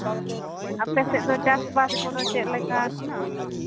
ᱟᱯᱮ ᱥᱮᱫ ᱫᱚ ᱪᱟᱥᱼᱵᱟᱥ ᱠᱚᱫᱚ ᱪᱮᱫ ᱞᱮᱠᱟ